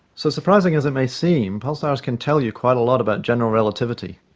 so, surprising as it may seem, pulsars can tell you quite a lot about general relativity,